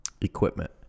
equipment